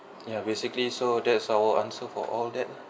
ya basically so that's our answer for all that